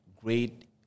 great